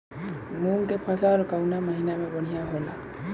मुँग के फसल कउना महिना में बढ़ियां होला?